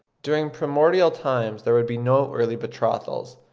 during primordial times there would be no early betrothals,